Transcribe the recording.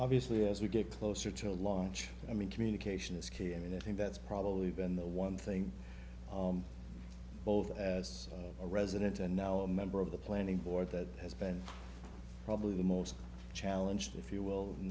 obviously as we get closer to launch i mean communication is key i mean i think that's probably been the one thing both as a resident and now a member of the planning board that has been probably the most challenging if you will in